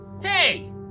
Hey